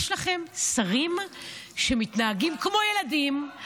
יש לכם שרים שמתנהגים כמו ילדים,